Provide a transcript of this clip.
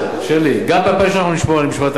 שלי, גם ב-2013 אנחנו נשמור על משמעת תקציבית.